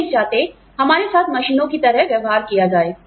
हम नहीं चाहते हमारे साथ मशीनों की तरह व्यवहार किया जाए